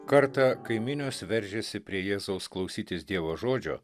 kartą kai minios veržėsi prie jėzaus klausytis dievo žodžio